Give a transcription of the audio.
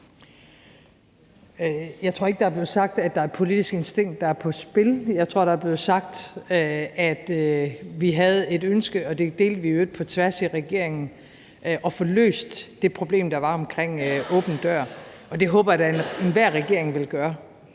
Jeg tror ikke, der er blevet sagt, at det er et politisk instinkt, der er på spil. Jeg tror, der er blevet sagt, at vi havde et ønske – og det delte vi i øvrigt på tværs i regeringen – om at få løst det problem, der var omkring åben dør-projekterne. Det håber jeg da enhver regering ville gøre,